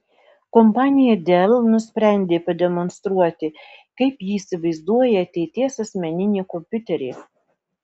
kompanija dell nusprendė pademonstruoti kaip ji įsivaizduoja ateities asmeninį kompiuterį